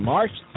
March